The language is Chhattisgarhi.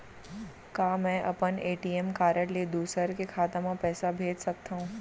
का मैं अपन ए.टी.एम कारड ले दूसर के खाता म पइसा भेज सकथव?